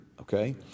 okay